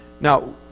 Now